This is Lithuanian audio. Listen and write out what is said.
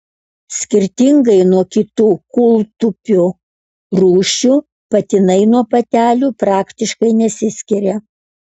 skirtingai nuo kitų kūltupių rūšių patinai nuo patelių praktiškai nesiskiria